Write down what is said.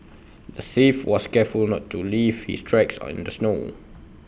the thief was careful to not leave his tracks in the snow